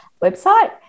website